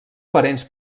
parents